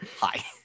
Hi